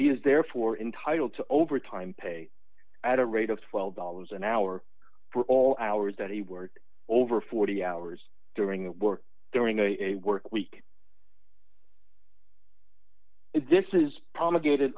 is therefore entitled to overtime pay at a rate of twelve dollars an hour for all hours that he worked over forty hours during work during a work week this is promulgated